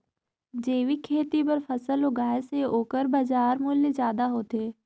जैविक खेती बर फसल उगाए से ओकर बाजार मूल्य ज्यादा होथे